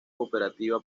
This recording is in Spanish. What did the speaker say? cooperativa